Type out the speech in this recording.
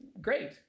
Great